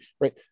Right